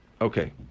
Okay